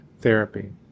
therapy